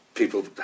People